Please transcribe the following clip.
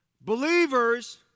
Believers